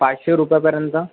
पाचशे रुपयापर्यंत